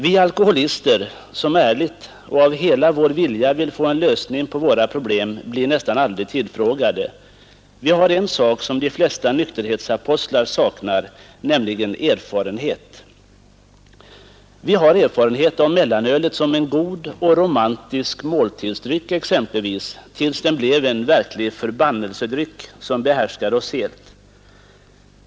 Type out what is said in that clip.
Vi alkoholister som ärligt och av hela vår vilja vill få en lösning på våra problem blir nästan aldrig tillfrågade. Vi har en sak som de flesta nykterhetsapostlar saknar, nämligen erfarenhet. Vi har erfarenhet av mellanölet som en god och ”romantisk” måltidsdryck exempelvis, tills den blev en verklig förbannelsedryck, som behärskade oss helt.